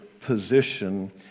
position